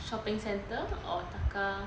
shopping centre or taka